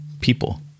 people